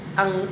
ang